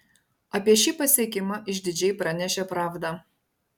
apie šį pasiekimą išdidžiai pranešė pravda